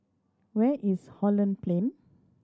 where is Holland Plain